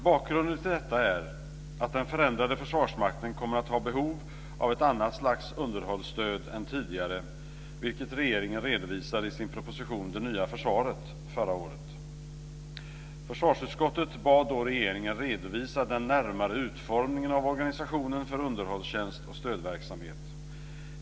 Bakgrunden till detta är att den förändrade Försvarsmakten kommer att ha behov av ett annat slags underhållsstöd än tidigare, vilket regeringen redovisade i sin proposition Det nya försvaret förra året. Försvarsutskottet bad då regeringen att redovisa den närmare utformningen av organisationen för underhållstjänst och stödverksamhet.